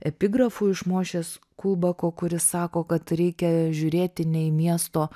epigrafu iš mošės kubako kuris sako kad reikia žiūrėti ne į miesto